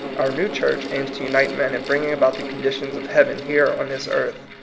our new church aims to unite men in bringing about the conditions of heaven here on this earth.